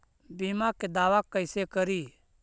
बीमा के दावा कैसे करी?